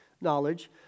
knowledge